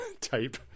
type